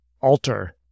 alter